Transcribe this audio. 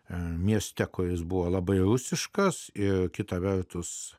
mieste kuris buvo labai rusiškas ir kita vertus